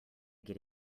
get